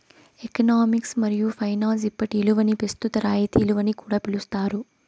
economics మరియు finance ఇప్పటి ఇలువని పెస్తుత రాయితీ ఇలువని కూడా పిలిస్తారు